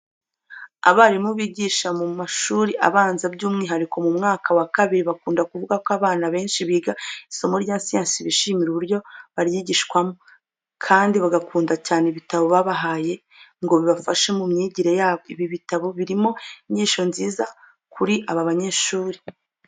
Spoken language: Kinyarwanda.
Abarimu bigisha mu mashuri abanza by'umwihariko mu mwaka wa kabiri bakunda kuvuga ko abana benshi biga isomo rya siyanse bishimira uburyo baryigishwamo kandi bagakunda cyane ibitabo babahaye ngo bibafashe mu myigire yabo. Ibi bitabo birimo inyigisho nziza kuri aba banyeshuri.